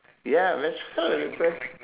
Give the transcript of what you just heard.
ya